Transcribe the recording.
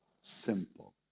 Simple